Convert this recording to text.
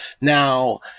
Now